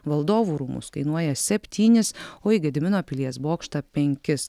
valdovų rūmus kainuoja septynis o į gedimino pilies bokštą penkis